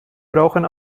brauchen